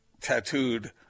tattooed